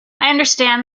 understand